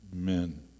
Amen